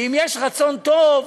שאם יש רצון טוב,